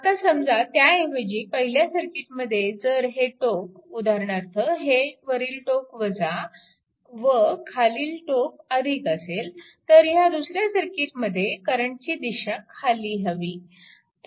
आता समजा त्याऐवजी पहिल्या सर्किटमध्ये जर हे टोक उदाहरणार्थ हे वरील टोक व खालील टोक असेल तर ह्या दुसऱ्या सर्किटमध्ये करंटची दिशा खाली हवी